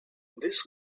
this